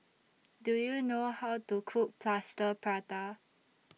Do YOU know How to Cook Plaster Prata